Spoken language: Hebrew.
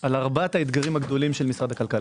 על ארבעת האתגרים הגדולים של משרד הכלכלה.